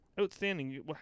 Outstanding